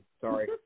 sorry